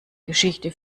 geschichte